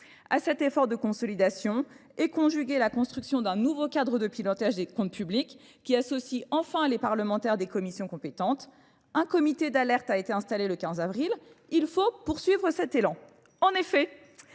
à cet effort de consolidation et conjuguer la construction d'un nouveau cadre de pilotage des comptes publics qui associe enfin les parlementaires des commissions compétentes. Un comité d'alerte a été installé le 15 avril. Il faut poursuivre cet élan. En effet,